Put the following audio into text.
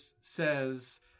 says